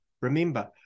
Remember